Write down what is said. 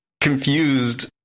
confused